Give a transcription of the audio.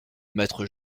maître